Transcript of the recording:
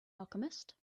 alchemist